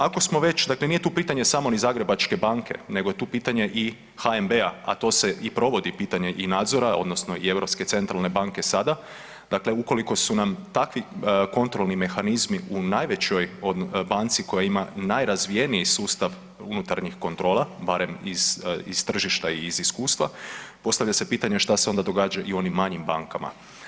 Ako smo, ako smo već dakle nije tu pitanje samo ni Zagrebačke banke nego je tu pitanje i HNB-a, a to se i provodi pitanje i nadzora odnosno i Europske centralne banke sada, dakle ukoliko su nam takvi kontrolni mehanizmi u najvećoj banci koja ima najrazvijeniji sustav unutarnjih kontrola, barem iz, iz tržišta i iz iskustva postavlja se pitanje šta se onda događa i u onim manjim bankama?